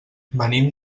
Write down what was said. venim